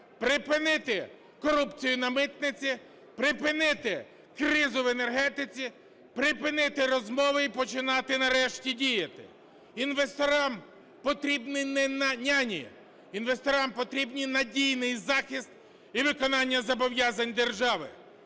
Припинити корупцію на митниці. Припинити кризу в енергетиці. Припинити розмови і починати нарешті діяти. Інвесторам потрібні не няні - інвесторам потрібний надійний захист і виконання зобов'язань держави.